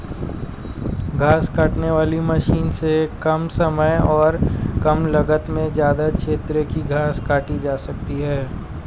घास काटने वाली मशीन से कम समय और कम लागत में ज्यदा क्षेत्र की घास काटी जा सकती है